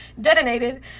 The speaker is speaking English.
Detonated